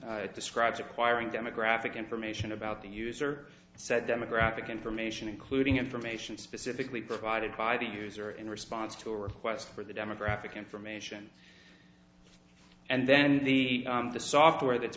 eleven describes acquiring demographic information about the user said demographic information including information specifically provided by the user in response to a request for the demographic information and then the software that's